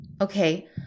Okay